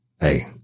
hey